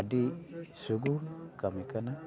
ᱟᱹᱰᱤ ᱥᱩᱜᱩᱲ ᱠᱟᱹᱢᱤ ᱠᱟᱱᱟ